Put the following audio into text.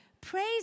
praise